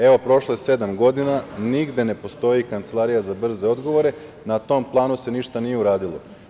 Evo, prošlo je sedam godina, nigde ne postoji kancelarija za brze odgovore, na tom planu se ništa nije uradilo.